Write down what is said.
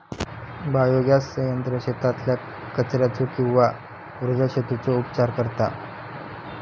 biogas संयंत्र शेतातल्या कचर्याचो किंवा उर्जा शेतीचो उपचार करता